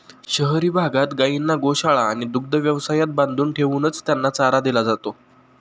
शहरी भागात गायींना गोशाळा आणि दुग्ध व्यवसायात बांधून ठेवूनच त्यांना चारा दिला जातो